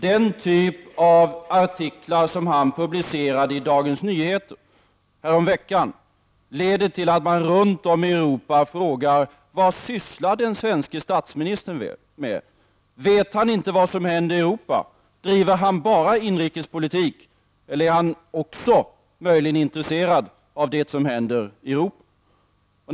Den typ av artiklar som han publicerat i Dagens Nyheter häromveckan leder till att man runt om i Europa frågar: Vad sysslar den svenske statsministern med? Vet han inte vad som händer i Europa? Bedriver han bara inrikespolitik, eller är han möjligen intresserad av det som händer i Europa?